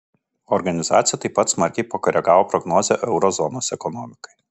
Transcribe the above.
organizacija taip pat smarkiai pakoregavo prognozę euro zonos ekonomikai